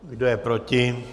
Kdo je proti?